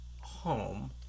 home